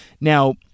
Now